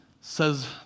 says